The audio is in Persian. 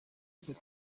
بود